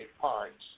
parts